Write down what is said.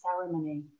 ceremony